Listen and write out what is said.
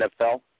NFL